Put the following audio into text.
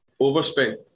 overspend